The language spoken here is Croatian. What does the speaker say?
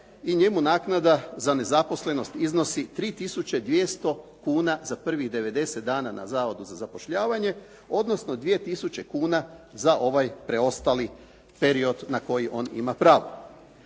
i njemu naknada za nezaposlenost iznosi 3200 kn za prvih 90 dana na Zavodu za zapošljavanje, odnosno 2000 kn za ovaj preostali period na koji on ima pravo.